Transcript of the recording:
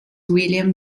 william